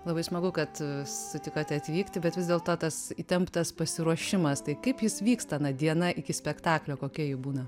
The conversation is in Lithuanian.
labai smagu kad sutikote atvykti bet vis dėlto tas įtemptas pasiruošimas tai kaip jis vyksta na diena iki spektaklio kokia ji būna